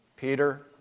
Peter